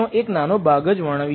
18 ગણો છે